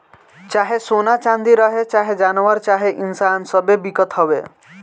चाहे सोना चाँदी रहे, चाहे जानवर चाहे इन्सान सब्बे बिकत हवे